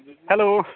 hello